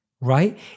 right